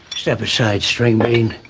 step aside. strange pain